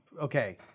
okay